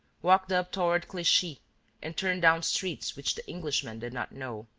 walked up toward clichy and turned down streets which the englishman did not know.